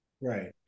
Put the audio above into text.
Right